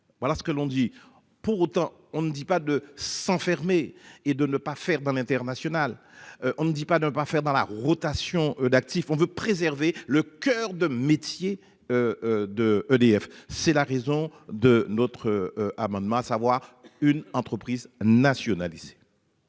Voilà ce que l'on dit. Pour autant, on ne dit pas de s'enfermer et de ne pas faire dans l'international. On ne dit pas de ne pas faire dans la rotation d'actifs on veut préserver le coeur de métier. De EDF. C'est la raison de notre. Amendement, à savoir une entreprise nationalisée.